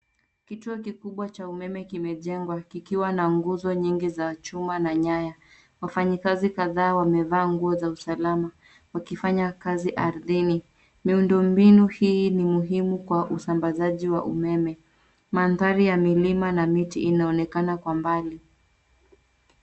Kituo kikubwa cha umeme kimejengwa kikiwa na nguzo nyingi za chuma na nyaya. Wafanyikazi kadhaa wamevaa nguo za usalama wakifanya kazi ardhini. Miundo mbinu hii ni muhimu kwa usambazaji wa umeme. Mandhari ya milima na miti inaonekana kwa mbali.